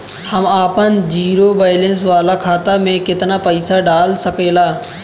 हम आपन zero balance वाला खाता मे केतना पईसा डाल सकेला?